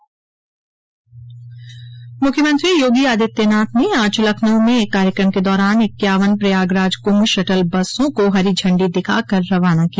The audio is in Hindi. मुख्यमंत्री योगी आदित्यनाथ ने आज लखनऊ में एक कार्यक्रम के दौरान इक्यावन प्रयागराज कुंभ शटल बसों को हरी झंडी दिखा कर रवाना किया